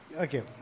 Okay